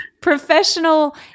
professional